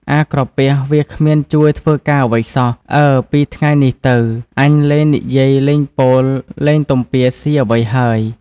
អាក្រពះវាគ្មានជួយ ធ្វើការអ្វីសោះ អើពីថ្ងៃនេះទៅ អញលែងនិយាយលែងពោល លែងទំពាស៊ីអ្វី ហើយ។